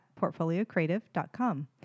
PortfolioCreative.com